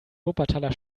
wuppertaler